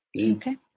Okay